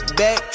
back